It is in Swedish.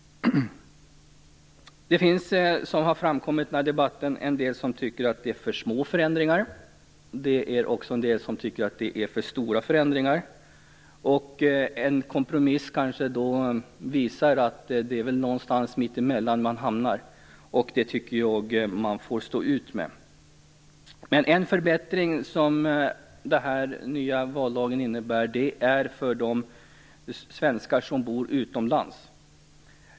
Det finns, som har framkommit i den här debatten, en del som tycker att förändringarna är för små och en del som tycker att de är för stora. En kompromiss visar väl att man hamnar någonstans mitt emellan, och det tycker jag att man får stå ut med. En förbättring som den nya vallagen innebär sker för svenskar som bor utomlands.